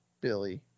Billy